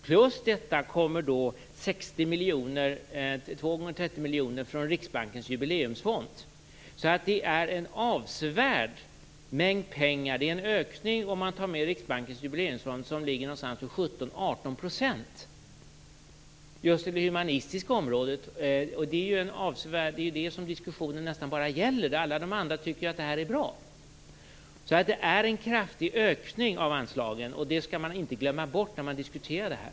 Sedan tillkommer 60 miljoner - två gånger 30 miljoner - från Riksbankens jubileumsfond. Det är alltså en avsevärd mängd pengar. Det är en ökning som, om man tar med Riksbankens jubileumsfond, ligger på 17-18 % i fråga om just det humanistiska området. Det är ju nästan bara det området diskussionen gäller. Alla andra tycker att det här bra. Så det är en kraftig ökning av anslagen. Det skall man inte glömma bort när man diskuterar det här.